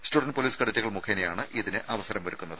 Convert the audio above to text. student police കേഡറ്റുകൾ മുഖേനയാണ് ഇതിന് അവസരമൊരുക്കുന്നത്